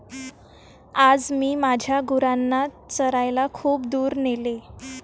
आज मी माझ्या गुरांना चरायला खूप दूर नेले